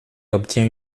obtient